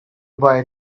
boy